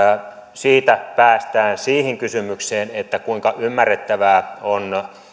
siitä päästään siihen kysymykseen että kuinka ymmärrettävää on